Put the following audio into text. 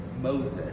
moses